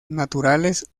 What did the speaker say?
naturales